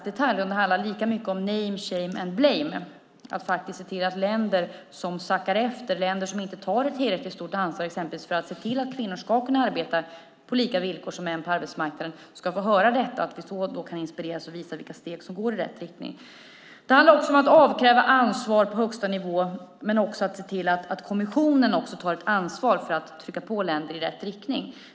Det handlar lika mycket om name, shame and blame - att se till att länder som sackar efter och inte tar ett tillräckligt stort ansvar exempelvis för att se till att kvinnor ska kunna arbeta på lika villkor som män på arbetsmarknaden ska få höra detta. Då kan vi inspireras och visa vilka steg som går i rätt riktning. Det handlar också om att avkräva ansvar på högsta nivå men också om att se till att kommissionen tar ett ansvar för att trycka på länder i rätt riktning.